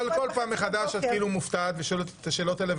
אבל כל פעם מחדש את כאילו מופתעת ושואלת אותי את השאלות האלה.